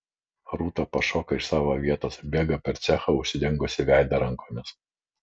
rūta pašoka iš savo vietos bėga per cechą užsidengusi veidą rankomis